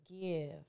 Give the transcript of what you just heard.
give